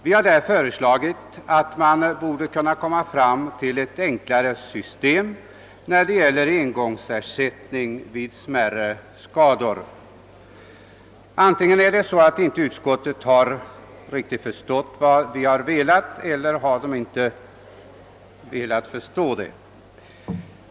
Vi har i motionen föreslagit att man borde kunna komma fram till ett enklare system när det gäller engångsersättning vid smärre skador. Antingen har utskottet inte riktigt förstått vad vi har avsett eller också har man inte velat förstå det.